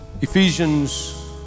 Ephesians